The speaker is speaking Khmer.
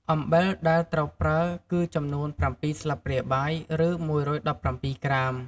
អំំបិលដែលត្រូវប្រើគឺចំនួន ៧ស្លាបព្រាបាយ ឬ ១១៧ ក្រាម។